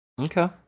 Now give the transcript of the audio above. Okay